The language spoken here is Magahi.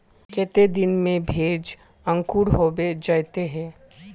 केते दिन में भेज अंकूर होबे जयते है?